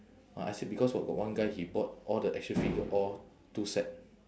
uh I said because got got one guy he bought all the action figure all two set